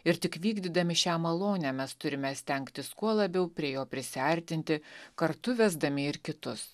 ir tik vykdydami šią malonę mes turime stengtis kuo labiau prie jo prisiartinti kartu vesdami ir kitus